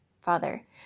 Father